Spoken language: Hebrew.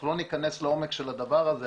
אנחנו לא ניכנס לעומק של הדבר הזה,